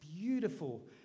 Beautiful